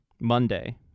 Monday